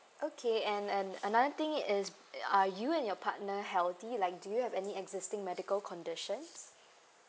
okay and and another thing is uh are you and your partner healthy like do you have any existing medical conditions